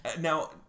Now